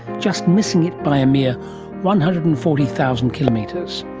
just missing it by a mere one hundred and forty thousand kilometres.